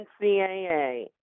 NCAA